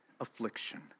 affliction